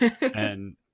and-